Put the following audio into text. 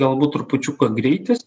galbūt trupučiuką greitis